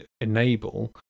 enable